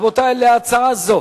רבותי, להצעה זו